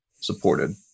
supported